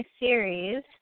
series